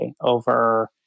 over